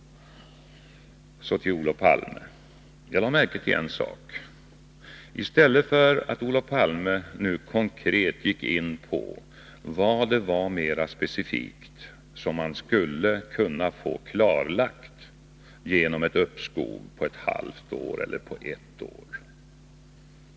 Så till Olof Palme. Jag lade märke till en sak i hans senaste inlägg. Han sade inget konkret om vad som mer specifikt skulle klarläggas, om JAS-projektet sköts upp ett halvår eller ett år.